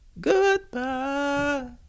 Goodbye